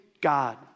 God